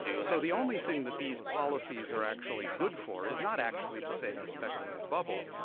so the only thing that these policies are actually good for, is not actually to save the speculative bubble,